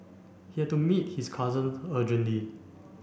he had to meet his cousin urgently